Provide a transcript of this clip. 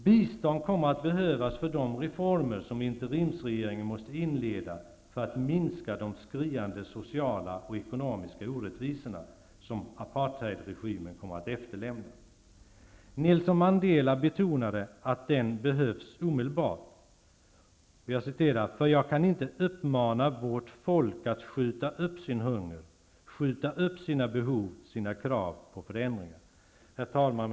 Bistånd kommer att behövas för de reformer som interimsregeringen måste inleda för att minska de skriande sociala och ekonomiska orättvisorna, som apartheidregimen kommer att efterlämna. Nelson Mandela betonade att den behövs omedelbart, ''för jag kan inte uppmana vårt folk att skjuta upp sin hunger, skjuta upp sina behov, sina krav på förändringar''. Herr talman!